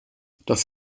das